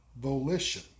volition